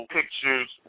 Pictures